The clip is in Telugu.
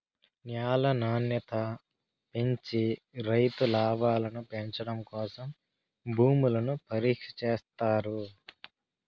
న్యాల నాణ్యత పెంచి రైతు లాభాలను పెంచడం కోసం భూములను పరీక్ష చేత్తారు